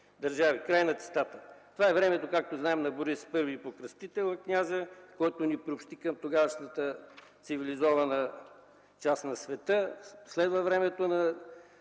държави”. Край на цитата. Това е времето, както знаем, на княз Борис І Покръстител. Той ни приобщи към тогавашната цивилизована част на света. Следва времето на